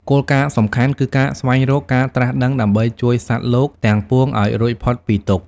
គោលការណ៍សំខាន់គឺការស្វែងរក ការត្រាស់ដឹង ដើម្បីជួយសត្វលោកទាំងពួងឱ្យរួចផុតពីទុក្ខ។